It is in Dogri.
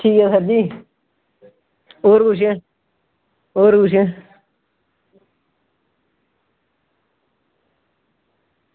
ठीक ऐ सर जी होर कुछ होर कुछ